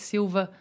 Silva